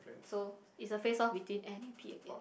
so is a face off between any peak again